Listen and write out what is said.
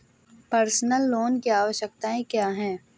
Personal loan की आवश्यकताएं क्या हैं?